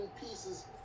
pieces